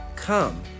Come